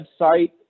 website